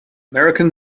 american